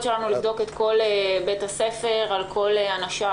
שלנו לבדוק את כל בית הספר על כל אנשיו,